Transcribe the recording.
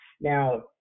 Now